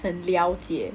很了解